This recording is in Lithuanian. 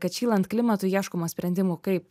kad šylant klimatui ieškoma sprendimų kaip